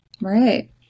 Right